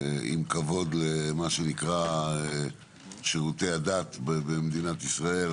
עם כבוד לשירותי הדת במדינת ישראל.